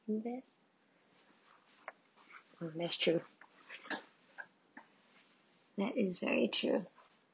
invest mm that's true that is very true